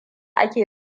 ake